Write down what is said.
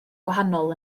gwahanol